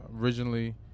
Originally